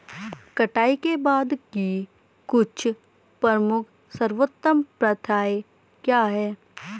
कटाई के बाद की कुछ प्रमुख सर्वोत्तम प्रथाएं क्या हैं?